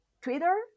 Twitter